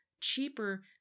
cheaper